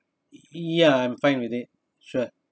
ya I'm fine with it sure